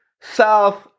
South